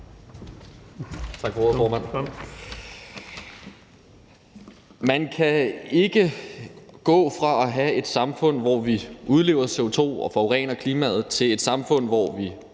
Tak for ordet, formand. Man kan ikke gå fra at have et samfund, hvor vi udleder CO2 og forurener klimaet, til et samfund, hvor vi